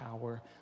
power